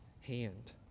hand